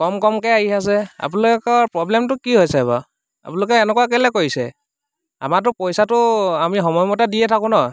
কম কমকৈ আহি আছে আপোনালোকৰ প্ৰব্লেমটো কি হৈছে বাৰু আপোনালোকে এনেকুৱা কেলে কৰিছে আমাৰতো পইচাটো আমি সময়মতে দিয়ে থাকোঁ ন